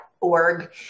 .org